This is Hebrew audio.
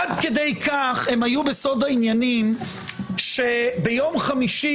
עד כדי כך הם היו בסוד העניינים עד שביום חמישי,